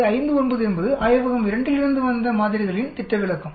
59 என்பது ஆய்வகம் 2 இலிருந்து வந்த மாதிரிகளின் திட்ட விலக்கம்